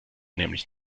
nämlich